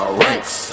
ranks